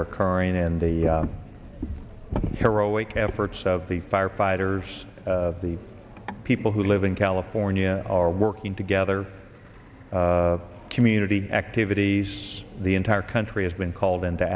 are occurring and the heroic efforts of the firefighters the people who live in california our working together community activities the entire country has been called into